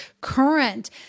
current